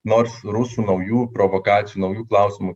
nors rusų naujų provokacijų naujų klausimų